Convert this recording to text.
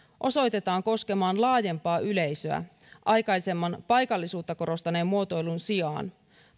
osoitetaan koskemaan laajempaa yleisöä aikaisemman paikallisuutta korostaneen muotoilun sijaan